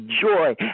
joy